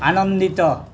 ଆନନ୍ଦିତ